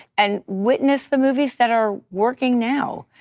and witness the movies that are working now.